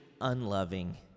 unloving